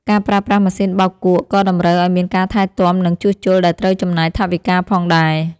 ការប្រើប្រាស់ម៉ាស៊ីនបោកគក់ក៏តម្រូវឱ្យមានការថែទាំ និងជួសជុលដែលត្រូវចំណាយថវិកាផងដែរ។